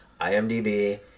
IMDb